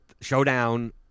Showdown